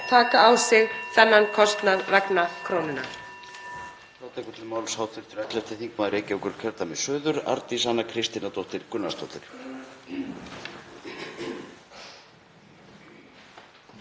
taka á sig þennan kostnað vegna krónunnar.